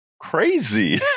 crazy